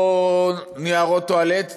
או נייר טואלט,